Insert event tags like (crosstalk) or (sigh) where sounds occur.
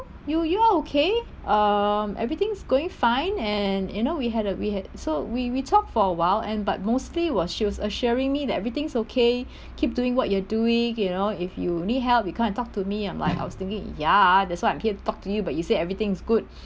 you you are okay um everything's going fine and you know we had a we had so we we talk for a while and but mostly was she was assuring me that everything's okay (breath) keep doing what you're doing you know if you need help you come and talk to me I'm like I was thinking ya that's why I'm here to talk to you but you say everything's good (breath)